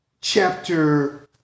chapter